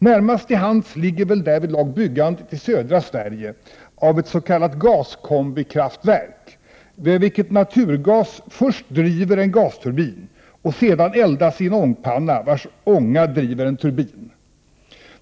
Närmast till hands ligger väl därvidlag byggandet i södra Sverige av ett s.k. ”gaskombikraftverk”, vid vilket naturgas först driver en gasturbin och sedan eldas i en ångpanna vars ånga driver en turbin.